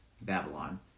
Babylon